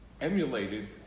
emulated